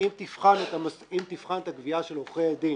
אם תבחן את הגבייה של עורכי הדין